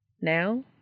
Now